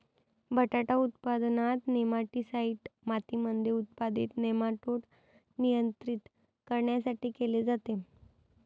बटाटा उत्पादनात, नेमाटीसाईड मातीमध्ये उत्पादित नेमाटोड नियंत्रित करण्यासाठी केले जाते